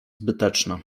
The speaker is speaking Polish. zbyteczna